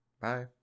Bye